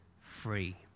free